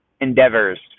endeavors